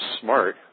smart